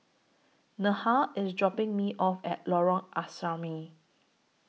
Neha IS dropping Me off At Lorong Asrama